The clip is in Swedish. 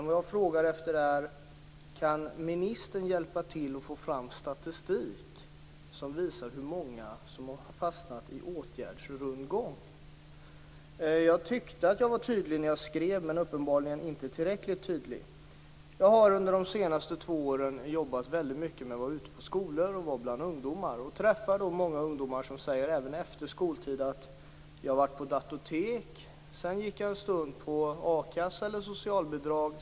Vad jag frågar är: Kan ministern hjälpa till med att få fram statistik som visar hur många som har fastnat i åtgärdsrundgång? Jag tyckte att jag var tydlig när jag skrev detta men uppenbarligen var jag inte tillräckligt tydlig. Under de senaste två åren har jag jobbat väldigt mycket med att vara ute på skolor och bland ungdomar. Jag träffar många ungdomar som, även efter skoltiden, säger: Jag har varit på datortek. Sedan gick jag ett tag på a-kassa eller socialbidrag.